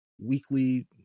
weekly